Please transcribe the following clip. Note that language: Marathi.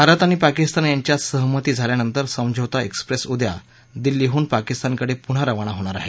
भारत आणि पाकिस्तान यांच्यात सहमती झाल्यानंतर समझौता एक्सप्रेस उद्या दिल्लीहून पाकिस्तानकडे रवाना होणार आहे